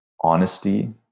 honesty